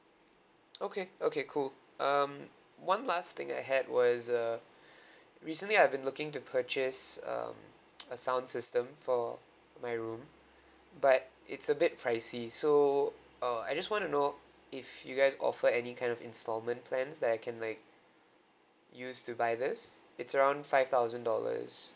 okay okay cool um one last thing I had was uh recently I've been looking to purchase um a sound system for my room but it's a bit pricey so uh I just wanna know uh if you guys offer any kind of instalment plans that I can like use to buy this it's around five thousand dollars